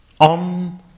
on